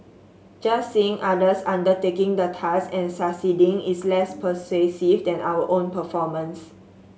just seeing others undertaking the task and succeeding is less persuasive than our own performance